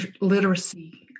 literacy